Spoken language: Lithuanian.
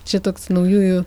čia toks naujųjų